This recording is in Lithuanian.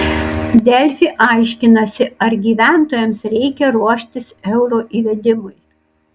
delfi aiškinasi ar gyventojams reikia ruoštis euro įvedimui